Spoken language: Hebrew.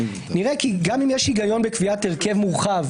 נראה כי גם אם יש היגיון בקביעת הרכב מורחב,